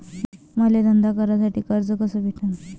मले धंदा करासाठी कर्ज कस भेटन?